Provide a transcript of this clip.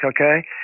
okay